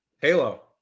Halo